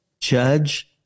judge